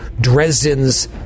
Dresden's